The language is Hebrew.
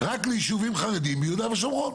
רק ליישובים חרדיים ביהודה ושומרון